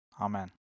Amen